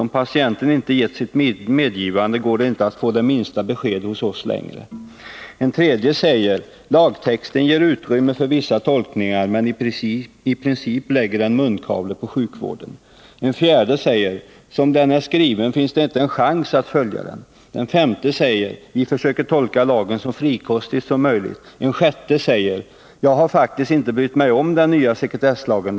Om patienten inte gett sitt medgivande går det inte att få det minsta besked hos oss längre.” En tredje säger: ”Lagtexten ger utrymme för vissa tolkningar, men i princip lägger den munkavle på sjukvården.” En fjärde säger: ”Som den är skriven finns det inte en chans att följa den.” En femte säger: ”Vi försöker tolka lagen så frikostigt som möjligt.” En sjätte säger: ”Jag har faktiskt inte brytt mig om den nya sekretesslagen.